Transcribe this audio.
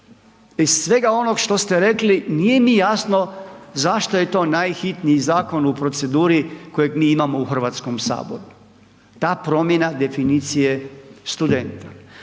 Iz svega onog što ste rekli nije mi jasno zašto je to najhitniji zakon u proceduri kojeg mi imamo u Hrvatskom saboru. Ta promjena definicije studenta.